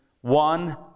One